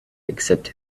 except